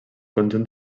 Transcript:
conjunt